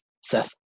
seth